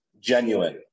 Genuine